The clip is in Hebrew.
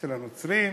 אצל הנוצרים,